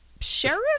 sheriff